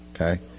okay